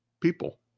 people